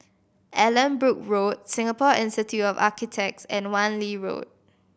Allanbrooke Road Singapore Institute of Architects and Wan Lee Road